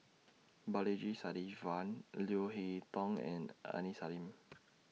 Balaji Sadasivan Leo Hee Tong and Aini Salim